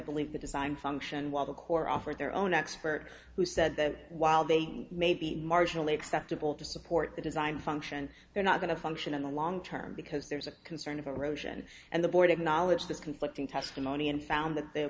believe the design function while the core offered their own expert who said that while they may be marginally acceptable to support the design function they're not going to function in the long term because there's a concern of erosion and the board acknowledged this conflicting testimony and found that the